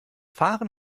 fahren